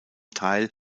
teil